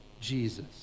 Jesus